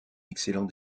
excellent